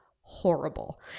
horrible